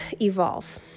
evolve